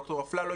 ד"ר אפללו,